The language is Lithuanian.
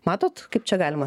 matot kaip čia galima